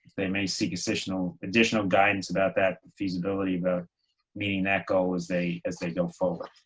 they may seek additional additional guidance about that feasibility about meeting that goal as they as they go forward.